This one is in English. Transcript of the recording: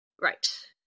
Right